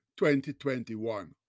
2021